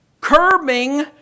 curbing